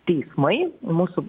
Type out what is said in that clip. teismai mūsų